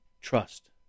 trust